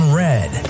red